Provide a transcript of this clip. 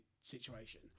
situation